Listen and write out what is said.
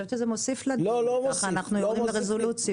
זה מוסיף לדיון, כך אנחנו יורדים לרזולוציות.